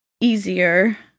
easier